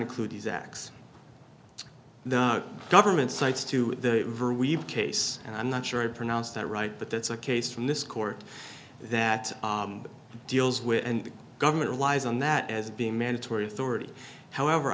include these acts the government cites to the river we've case and i'm not sure i pronounced that right but that's a case from this court that deals with and the government relies on that as being mandatory authority however